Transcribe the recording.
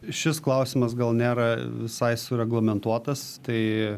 šis klausimas gal nėra visai sureglamentuotas tai